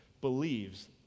believes